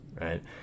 right